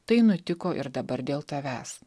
tai nutiko ir dabar dėl tavęs